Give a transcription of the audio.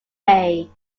made